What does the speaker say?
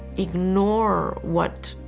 ignore what